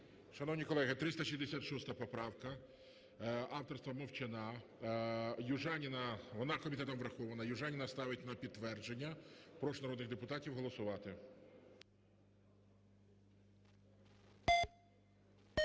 Шановні колеги, 366 поправка авторства Мовчана. Южаніна... Вона комітетом врахована. Южаніна ставить на підтвердження. Прошу народних депутатів голосувати.